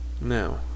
Now